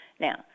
Now